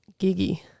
Giggy